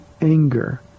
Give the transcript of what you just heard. anger